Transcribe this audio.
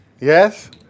Yes